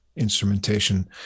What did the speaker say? instrumentation